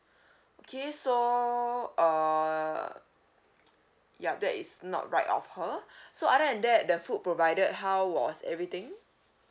okay so err yup that is not right of her so other than that the food provided how was everything